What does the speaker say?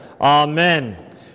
Amen